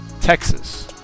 Texas